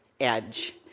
edge